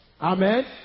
Amen